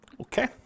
Okay